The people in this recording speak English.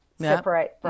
separate